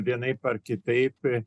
vienaip ar kitaip